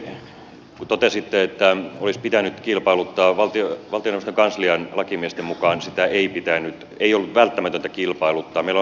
toiseksi kun totesitte että olisi pitänyt kilpailuttaa niin valtioneuvoston kanslian lakimiesten mukaan sitä ei ollut välttämätöntä kilpailuttaa